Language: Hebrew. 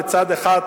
מצד אחד,